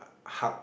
Hulk